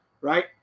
right